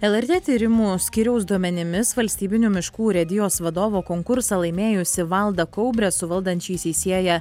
lrt tyrimų skyriaus duomenimis valstybinių miškų urėdijos vadovo konkursą laimėjusį valdą kaubrę su valdančiaisiais sieja